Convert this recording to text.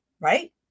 right